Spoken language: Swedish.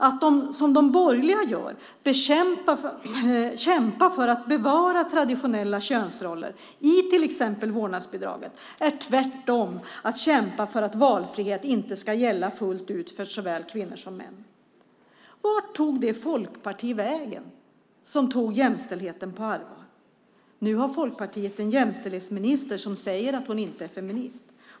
Att, som de borgerliga gör, kämpa för att bevara traditionella könsroller med till exempel vårdnadsbidraget är tvärtom att kämpa för att valfrihet inte ska gälla fullt ut för vare sig kvinnor eller män. Vart tog det folkparti vägen som tog jämställdheten på allvar? Nu har Folkpartiet en jämställdhetsminister som säger att hon inte är feminist.